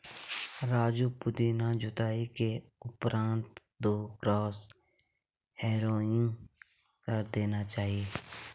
राजू पुदीना जुताई के उपरांत दो क्रॉस हैरोइंग कर देना चाहिए